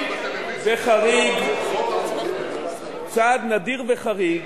בא ראש הממשלה נתניהו, ובצעד נדיר וחריג